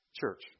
church